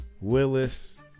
Willis